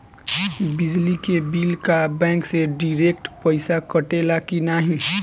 बिजली के बिल का बैंक से डिरेक्ट पइसा कटेला की नाहीं?